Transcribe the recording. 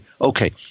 okay